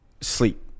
Sleep